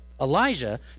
Elijah